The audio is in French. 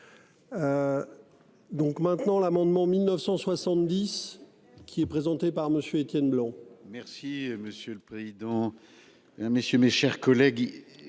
Donc maintenant l'amendement 1970 qui est présenté par Monsieur Étienne Blanc.